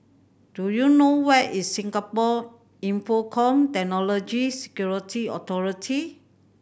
do you know where is Singapore Infocomm Technology Security Authority